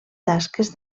tasques